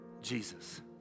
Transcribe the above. Jesus